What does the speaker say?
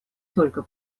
только